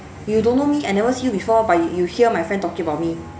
you don't know me I never see you before but you hear my friend talking about me